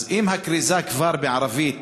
אז אם הכריזה בערבית